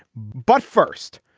but first,